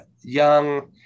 young